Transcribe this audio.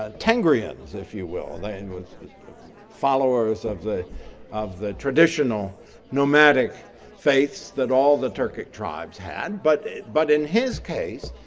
ah tungrians if you will. they and are the followers of the of the traditional nomadic faiths that all the turkic tribes had, but but in his case,